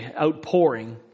outpouring